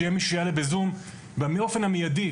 שיהיה מישהו שיענה בזום באופן המיידי,